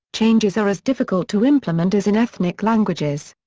changes are as difficult to implement as in ethnic languages.